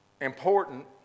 important